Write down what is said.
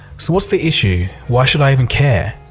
so what's the issue? why should i even care?